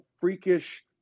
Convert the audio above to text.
freakish